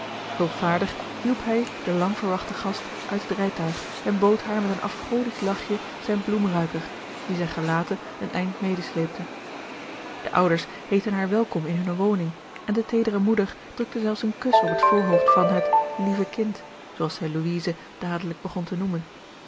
hulpvaardig hielp bij de lang verwachte gast uit het rijtuig en bood haar met een afgodisch lachje zijn bloemruiker dien zij gelaten een eind medesleepte de ouders heetten haar welkom in hunne woning en de teedere moeder drukte zelfs een kus op het voorhoofd van het lieve kind zoo als zij louise dadelijk begon te noemen